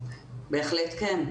בהחלט כן.